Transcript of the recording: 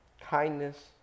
kindness